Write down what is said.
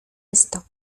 esto